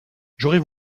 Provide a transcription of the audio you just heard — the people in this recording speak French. j’aurais